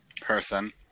person